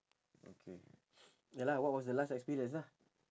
okay ya lah what was the last experience lah